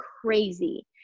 crazy